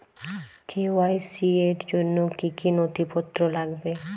KYC র জন্য কি কি নথিপত্র লাগবে?